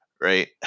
right